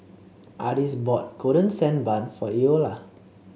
Ardis bought Golden Sand Bun for Eola